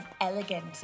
elegant